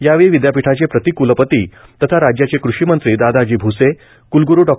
यावेळी विद्यापीठाचे प्रतिक्लपती तथा राज्याचे कृषीमंत्री दादाजी भ्से क्लग्रू डॉ